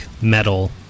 metal